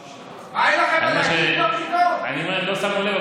אני אומר שלא שמנו לב,